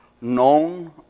known